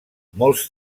molts